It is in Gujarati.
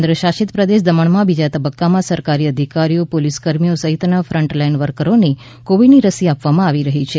કેન્દ્રશાસિત પ્રદેશ દમણમાં બીજા તબક્કામાં સરકારી અધિકારીઓ પોલીસકર્મીઓ સહિતના ફંટલાઇન વર્કર્સને કોવિડની રસી આપવામાં આવી રહી છે